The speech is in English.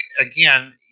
again